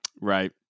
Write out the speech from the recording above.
Right